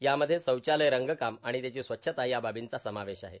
यामध्ये शौचालय रंगकाम आणि त्यांची स्वच्छता या बाबींचा समावेश आहे